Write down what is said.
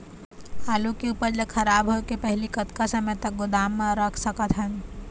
आलू के उपज ला खराब होय के पहली कतका समय तक गोदाम म रख सकत हन?